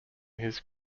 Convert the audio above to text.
his